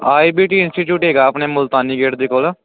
IBT institute ਹੈਗਾ ਆਪਣੇ Multani gate ਦੇ ਕੋਲ